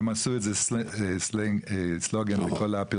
והם עשו את זה סלוגן בכל הפרסומים.